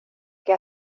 que